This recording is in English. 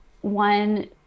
One